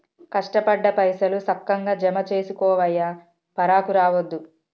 కష్టపడ్డ పైసలు, సక్కగ జమజేసుకోవయ్యా, పరాకు రావద్దు